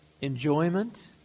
enjoyment